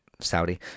Saudi